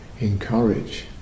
encourage